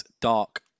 Dark